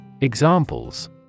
Examples